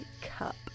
cup